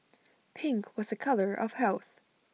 pink was A colour of health